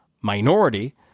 minority